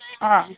अ